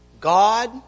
God